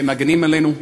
שמגינים עלינו,